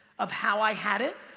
of how i had it,